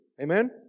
Amen